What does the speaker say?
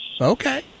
Okay